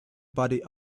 body